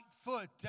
foot